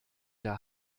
der